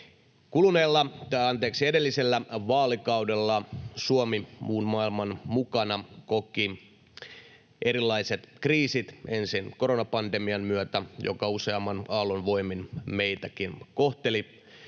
toimeenpanokyky. Edellisellä vaalikaudella Suomi muun maailman mukana koki erilaiset kriisit ensin koronapandemian myötä, joka useamman aallon voimin meitäkin koetteli,